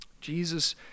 Jesus